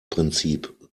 prinzip